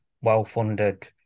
well-funded